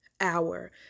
hour